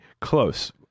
Close